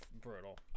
brutal